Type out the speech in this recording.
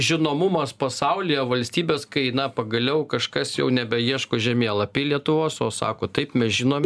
žinomumas pasaulyje valstybės kai na pagaliau kažkas jau nebeieško žemėlapy lietuvos o sako taip mes žinom